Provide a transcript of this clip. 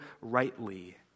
rightly